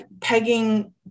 pegging